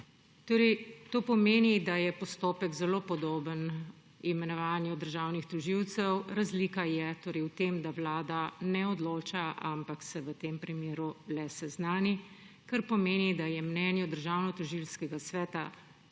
To pomeni, da je postopek zelo podoben imenovanju državnih tožilcev, razlika je v tem, da Vlada ne odloča, ampak se v tem primeru le seznani, kar pomeni, da je mnenju Državnotožilskega sveta